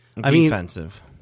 Defensive